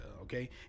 okay